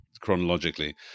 chronologically